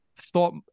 thought